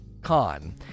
con